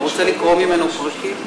אתה רוצה לקרוא ממנו פרקים?